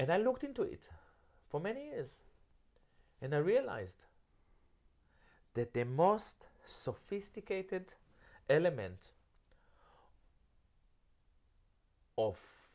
and i looked into it for many years and i realized that there must sophisticated element of